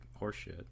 horseshit